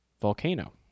volcano